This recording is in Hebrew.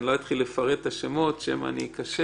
אני לא אתחיל פרט את השמות שמא אני אכשל